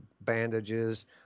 bandages